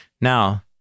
Now